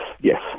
yes